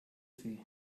sie